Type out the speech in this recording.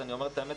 אני אומר את האמת,